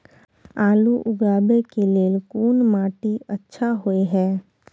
आलू उगाबै के लेल कोन माटी अच्छा होय है?